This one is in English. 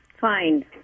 fine